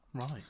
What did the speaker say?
Right